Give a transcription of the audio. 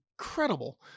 Incredible